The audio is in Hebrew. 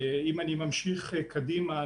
אם אני ממשיך קדימה,